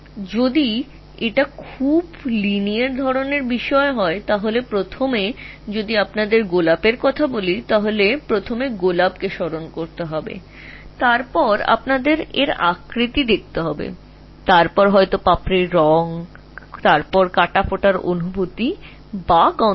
এখন যদি এটি খুব রৈখিক ধরণের জিনিস হয়ে থাকে তবে প্রথমে আমি যদি তোমাকে গোলাপ সম্পর্কে বলি তবে প্রথমে ROSE মনে রাখতে হবে তারপরে তোমাকে আকৃতিটি দেখতে হবে তারপরে পাপড়িগুলির রঙ তারপরে কাঁটা বেঁধার অনুভূতি বা গন্ধ